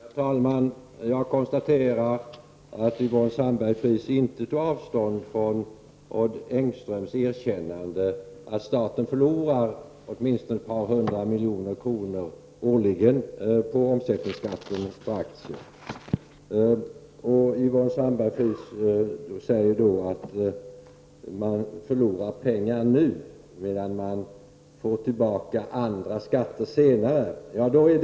Herr talman! Jag konstaterar att Yvonne Sandberg-Fries inte tog avstånd från Odd Engströms erkännande att staten förlorar åtminstone ett par hundra miljoner kronor årligen på omsättningsskatten på aktier. Yvonne Sandberg-Fries säger att man förlorar pengar nu, men senare får tillbaka medel i form av andra skatter.